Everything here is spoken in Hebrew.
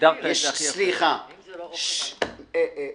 יש כאן